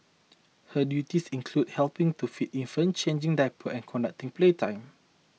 her duties included helping to feed infants changing diapers and conducting playtime